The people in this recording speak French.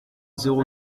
zéro